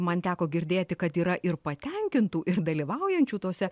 man teko girdėti kad yra ir patenkintų ir dalyvaujančių tuose